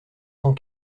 cent